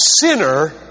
sinner